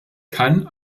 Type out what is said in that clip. kann